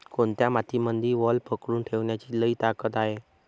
कोनत्या मातीमंदी वल पकडून ठेवण्याची लई ताकद हाये?